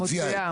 מוציאה.